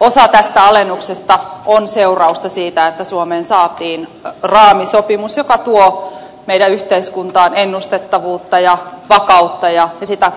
osa tästä alennuksesta on seurausta siitä että suomeen saatiin raamisopimus joka tuo meidän yhteiskuntaan ennustettavuutta ja vakautta ja sitä